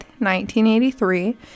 1983